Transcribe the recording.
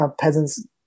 peasants